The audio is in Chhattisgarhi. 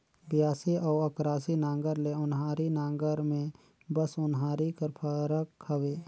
बियासी अउ अकरासी नांगर ले ओन्हारी नागर मे बस ओन्हारी कर फरक हवे